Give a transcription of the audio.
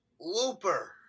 Looper